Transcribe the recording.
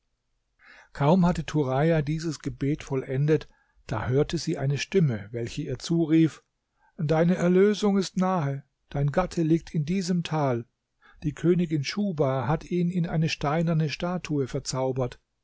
kaum hatte turaja dieses gebet vollendet da hörte sie eine stimme welche ihr zurief deine erlösung ist nahe dein gatte liegt in diesem tal die königin schuhba hat ihn in eine steinerne statue verzaubert